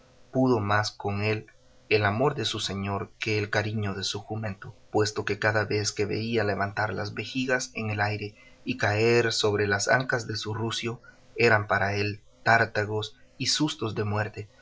pudo más con él el amor de su señor que el cariño de su jumento puesto que cada vez que veía levantar las vejigas en el aire y caer sobre las ancas de su rucio eran para él tártagos y sustos de muerte